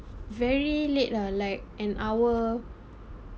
very late lah like an hour